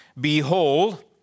behold